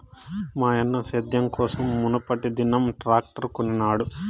మాయన్న సేద్యం కోసం మునుపటిదినం ట్రాక్టర్ కొనినాడు